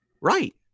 Right